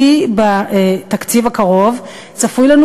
כי בתקציב הקרוב צפוי לנו,